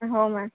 हो मा